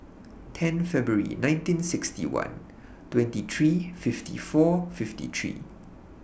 ten February nineteen sixty one twenty three fifty four fifty three